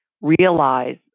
realize